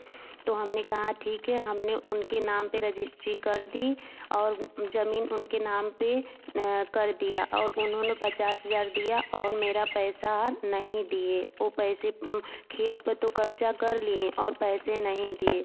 तो हमने कहा ठीक है हमने उनके नाम पर रजिस्ट्री कर दी और ज़मीन उनके नाम पर कर दिया और उन्होंने पचास हज़ार दिया और मेरा पैसा नहीं दिए ओर पैसे खेत पर तो कब्ज़ा कर लिए और पैसे नहीं दिए